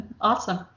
awesome